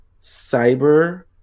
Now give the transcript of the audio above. cyber